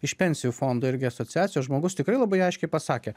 iš pensijų fondų irgi asociacijos žmogus tikrai labai aiškiai pasakė